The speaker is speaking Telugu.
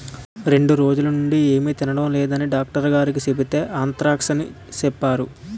రెండ్రోజులనుండీ ఏమి తినడం లేదని డాక్టరుగారికి సెబితే ఆంత్రాక్స్ అని సెప్పేరు